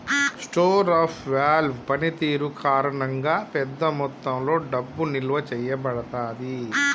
store of value పనితీరు కారణంగా, పెద్ద మొత్తంలో డబ్బు నిల్వ చేయబడతాది